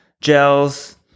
gels